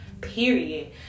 period